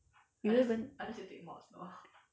you don't even